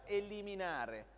eliminare